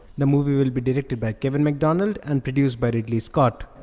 the movie will be directed by kevin macdonald and produced by ridley scott.